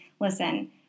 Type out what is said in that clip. listen